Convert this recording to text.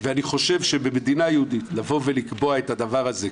אני חושב שבמדינה יהודית לקבוע את הדבר הזה,